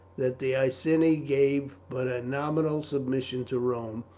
that the iceni gave but a nominal submission to rome,